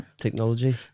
Technology